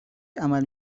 عمل